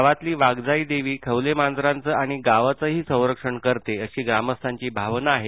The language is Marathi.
गावातली वाघजाईदेवी खवलेमांजरांचं आणि गावाचंही संरक्षण करते अशी ग्रामस्थांची भावना आहे